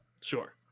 Sure